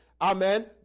Amen